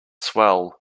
swell